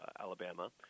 Alabama